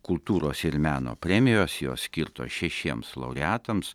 kultūros ir meno premijos jos skirtos šešiems laureatams